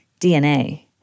DNA